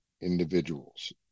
individuals